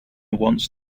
wants